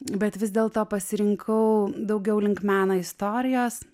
bet vis dėlto pasirinkau daugiau link meno istorijos